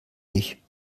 dich